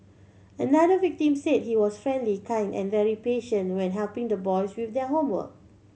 another victim said he was friendly kind and very patient when helping the boys with their homework